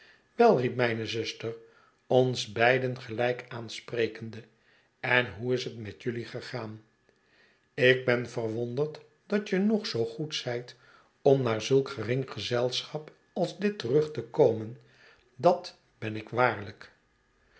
wel riep mijne zuster ons beiden te gelijk aansprekende en hoe is het jelui gegaan ik ben verwonderd dat je nog zoo goed zijt om naar zulk gering gezelschap als dit terug te komen dat ben ik waarlijk